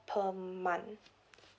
per month